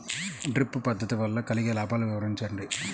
Drip పద్దతి వల్ల కలిగే లాభాలు వివరించండి?